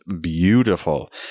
beautiful